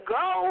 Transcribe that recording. go